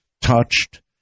touched